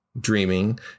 dreaming